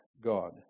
God